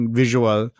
visual